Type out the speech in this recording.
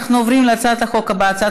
אנחנו עוברים להצעת החוק הבאה: הצעת